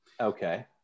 Okay